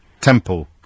Temple